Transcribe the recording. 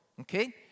okay